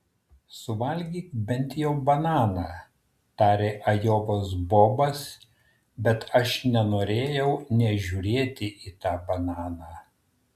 suvalgyk bent jau bananą tarė ajovos bobas bet aš nenorėjau nė žiūrėti į tą bananą